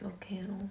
okay loh